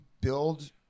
build